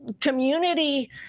community